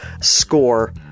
score